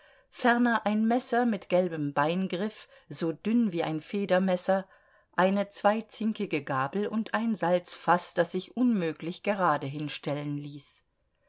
ferner ein messer mit gelbem beingriff so dünn wie ein federmesser eine zweizinkige gabel und ein salzfaß das sich unmöglich gerade hinstellen ließ